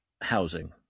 housing